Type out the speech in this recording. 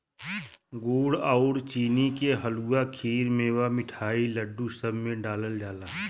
गुड़ आउर चीनी के हलुआ, खीर, मेवा, मिठाई, लड्डू, सब में डालल जाला